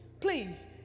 Please